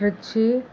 Trichy